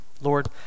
Lord